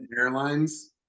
Airlines